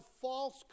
false